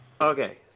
Okay